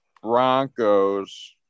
Broncos